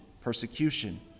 persecution